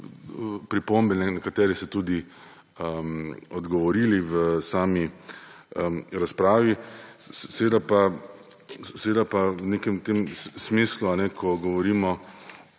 pripombe, na nekatere ste tudi odgovorili v sami razpravi. Seveda pa v nekem smislu, ko govorimo